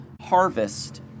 harvest